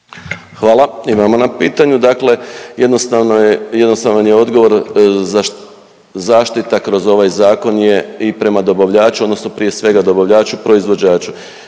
Dakle, jednostavno je, jednostavan je odgovor. Zaštita kroz ovaj zakon je i prema dobavljaču odnosno prije svega dobavljaču proizvođaču